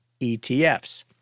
ETFs